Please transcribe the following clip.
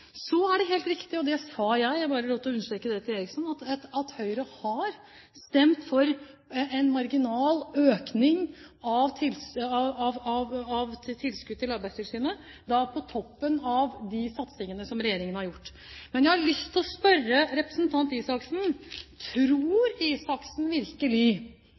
Så er det helt riktig, som jeg sa – jeg vil bare få lov til å understreke det overfor Eriksson – at Høyre har stemt for en marginal økning av tilskudd til Arbeidstilsynet på toppen av de satsingene som regjeringen har gjort. Jeg har lyst til å spørre representanten Røe Isaksen: Tror Røe Isaksen virkelig